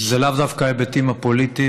זה לאו דווקא ההיבטים הפוליטיים,